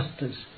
justice